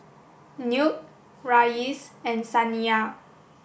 Newt Reyes and Saniyah